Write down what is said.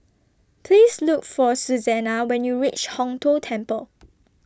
Please Look For Susanna when YOU REACH Hong Tho Temple